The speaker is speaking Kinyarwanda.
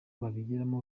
babigiramo